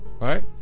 right